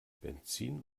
benzin